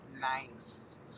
nice